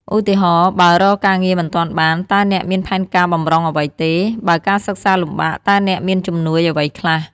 ឧទាហរណ៍ បើរកការងារមិនទាន់បាន តើអ្នកមានផែនការបម្រុងអ្វីទេ? បើការសិក្សាលំបាក តើអ្នកមានជំនួយអ្វីខ្លះ?